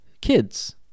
kids